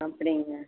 அப்படிங்களா